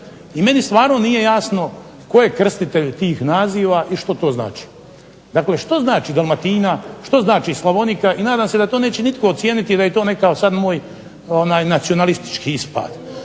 i meni stvarno nije jasno tko je krstitelj tih naziva i što to znači? Dakle što znači Dalmatina? Što znači Slavonika? I nadam se da to neće nitko ocijeniti da je to nekakav sam moj nacionalistički ispad,